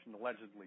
allegedly